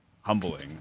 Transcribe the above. humbling